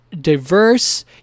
diverse